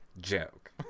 joke